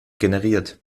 generiert